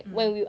mm